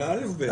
זה א', ב'.